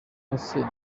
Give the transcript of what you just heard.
indwara